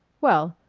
well,